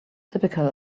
typical